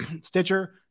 Stitcher